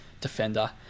defender